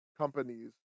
companies